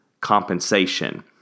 compensation